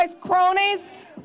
cronies